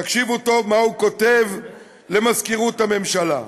תקשיבו טוב מה הוא כותב למזכירות הממשלה: